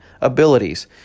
abilities